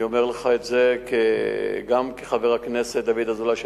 אני אומר לך את זה גם כחבר הכנסת דוד אזולאי,